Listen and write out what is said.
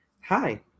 hi